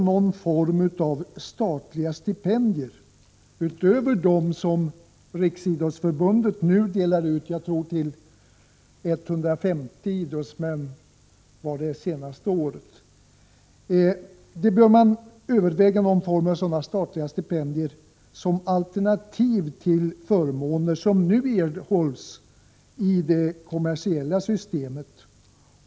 Någon form av statliga stipendier bör övervägas vid sidan av de stipendier, jag tror att det senast gällde 150 idrottsmän, som Riksidrottsförbundet nu delar ut. Detta skulle alltså bli ett alternativ till de förmåner som nu erhålls i det kommersiella systemet.